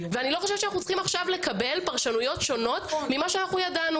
אני לא חושבת שאנחנו צריכים עכשיו לקבל פרשנויות שונות ממה שידענו.